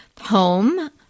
home